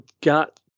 got